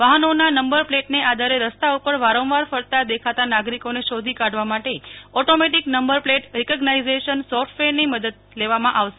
વાહનોના નંબર પ્લેટને આધારે રસ્તા ઉપર વારંવાર ફરતા દેખાતા નાગરિકોને શોધી કાઢવા માટે ઓટોમેટિક નંબર પ્લેટ રિકઝાઇઝેશન સોફ્ટવેરની મદદ લેવામાં આવશે